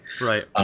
Right